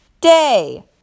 day